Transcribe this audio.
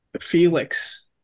Felix